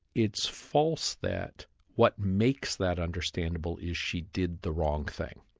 it's false that what makes that understandable is she did the wrong thing,